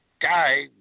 guy